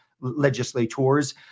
legislators